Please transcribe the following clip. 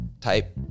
type